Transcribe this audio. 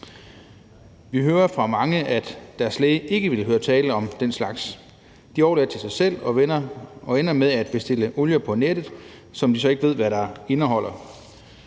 Vi hører fra mange, at deres læge ikke vil høre tale om den slags. De er overladt til sig selv og ender med at bestille olie på nettet, som de så ikke ved hvad indeholder.